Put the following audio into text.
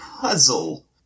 puzzle